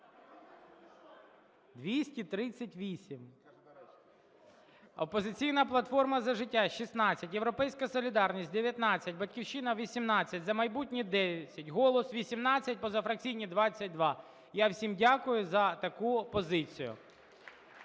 238. "Опозиційна платформа – За життя" – 16, "Європейська солідарність" – 19, "Батьківщина" – 18, "За майбутнє" – 10, "Голос" – 18, позафракційні – 22. Я всім дякую за таку позицію.